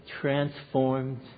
transformed